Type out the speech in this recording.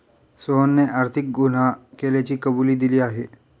सोहनने आर्थिक गुन्हा केल्याची कबुली दिली आहे